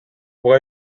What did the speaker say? bras